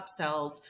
upsells